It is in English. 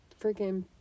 freaking